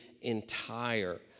entire